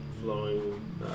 flowing